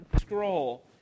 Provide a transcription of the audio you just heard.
scroll